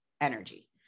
energy